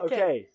Okay